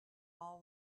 all